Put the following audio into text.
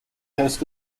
has